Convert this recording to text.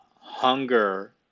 hunger